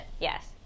yes